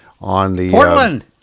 Portland